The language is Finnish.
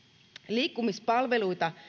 liikkumispalveluita